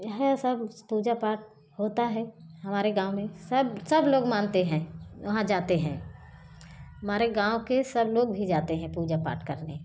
है सब पूजा पाठ होता है हमारे गाँव में सब सब लोग मानते हैं वहाँ जाते हैं हमारे गाँव के सब लोग भी जाते हैं पूजा पाठ करने